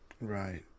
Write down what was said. Right